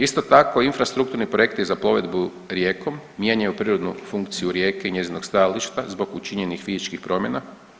Isto tako, infrastrukturni projekti za plovidbu rijekom mijenjaju prirodnu funkciju rijeke i njezinog stajališta zbog učinjenih fizičkih promjena.